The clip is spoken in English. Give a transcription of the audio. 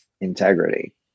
integrity